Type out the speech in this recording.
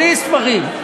בלי ספרים.